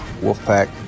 Wolfpack